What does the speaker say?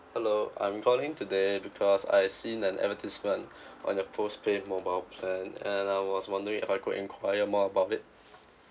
hello I'm calling today because I've seen an advertisement on your postpaid mobile plan and I was wondering if I could enquire more about it